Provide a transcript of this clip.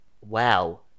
Wow